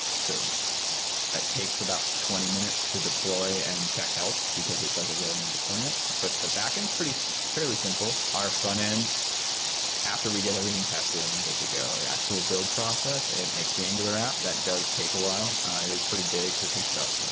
so that takes about twenty minutes to deploy and check health, because it does a rolling deployment. but the backend is pretty fairly simple. our frontend after we get everything tested and we're good to go, the actual build process, it makes the angular app. that does take a while. it is pretty big. so it takes about